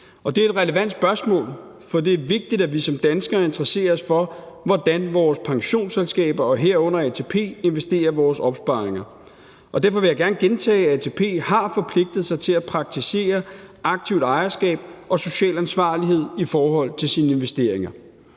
det er et relevant spørgsmål, for det er vigtigt, at vi som danskere interesserer os for, hvordan vores pensionsselskaber, herunder ATP, investerer vores opsparinger. Og derfor vil jeg gerne gentage, at ATP har forpligtet sig til at praktisere aktivt ejerskab og social ansvarlighed i forhold til sine investeringer.